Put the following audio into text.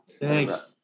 Thanks